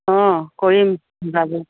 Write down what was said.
অঁ কৰিম যোগাযোগ